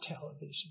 television